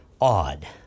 odd